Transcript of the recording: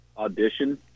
Audition